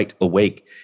Awake